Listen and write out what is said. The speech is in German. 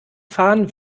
fahren